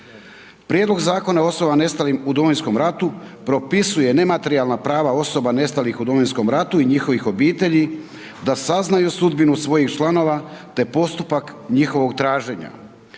Prijedlog Zakona o osobama nestalih u Domovinskom ratu propisuje nematerijalna osoba nestalih u Domovinskom ratu i njihovih obitelji da saznaju sudbinu svojih članova te postupak njihovog traženja.